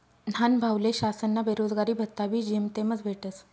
न्हानभाऊले शासनना बेरोजगारी भत्ताबी जेमतेमच भेटस